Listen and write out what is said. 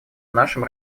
нашим